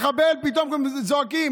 מחבל, פתאום זועקים.